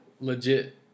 legit